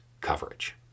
coverage